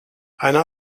eine